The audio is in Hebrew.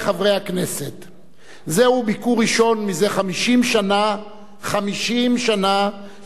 זהו ביקור ראשון מזה 50 שנה של נשיא חוף-השנהב בישראל.